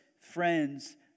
friends